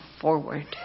forward